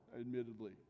admittedly